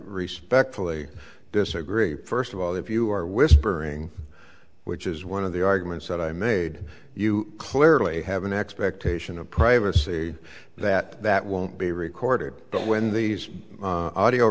respect fully disagree first of all if you are whispering which is one of the arguments that i made you clearly have an expectation of privacy that that won't be recorded but when these audio